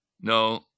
No